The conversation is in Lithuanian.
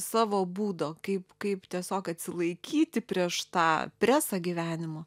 savo būdo kaip kaip tiesiog atsilaikyti prieš tą presą gyvenimo